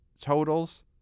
totals